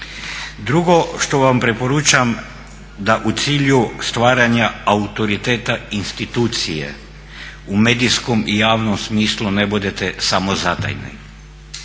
Drugo što vam preporučam, da u cilju stvaranja autoriteta institucije u medijskom i javnom smislu na budete samozatajni.